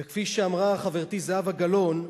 וכפי שאמרה חברתי זהבה גלאון,